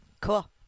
Cool